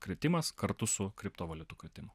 kritimas kartu su kriptovaliutų kritimu